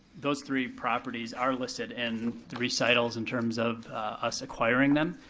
those three properties are listed in the recitals in terms of us acquiring them.